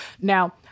now